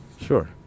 Sure